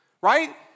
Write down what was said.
Right